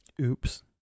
Oops